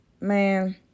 Man